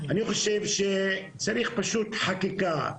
אני חושב שצריך פשוט חקיקה,